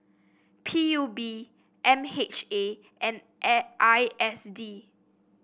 P U B M H A and A I S D